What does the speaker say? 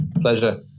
Pleasure